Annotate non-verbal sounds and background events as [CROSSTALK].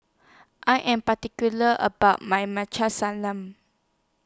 I Am particular about My [UNINTELLIGIBLE]